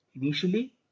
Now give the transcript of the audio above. initially